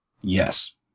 Yes